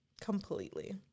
Completely